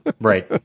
right